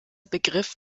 begriff